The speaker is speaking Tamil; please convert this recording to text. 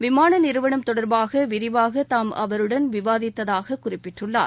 விமான நிறுவனம் தொடர்பாக விரிவாக தாம் அவருடன் விவாதித்ததாக குறிப்பிட்டுள்ளார்